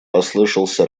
послышался